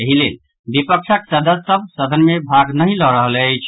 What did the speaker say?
एहि लेल विपक्षक सदस्य सभ सदन मे भाग नहि लऽ रहल छथि